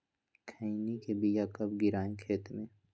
खैनी के बिया कब गिराइये खेत मे?